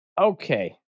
Okay